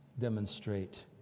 demonstrate